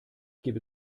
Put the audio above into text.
gebe